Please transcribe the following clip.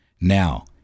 Now